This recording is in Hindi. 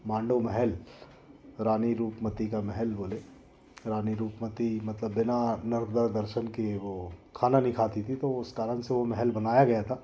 मांडव महल रानी रूपमती का महल बोले रानी रूपमती मतलब बिना नर्मदा दर्शन किए वो खाना नहीं खाती थी तो उस कारण से वो महल बनाया गया था